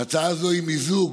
מיזוג,